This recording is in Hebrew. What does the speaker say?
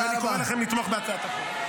אני קורא לכם לתמוך בהצעת החוק.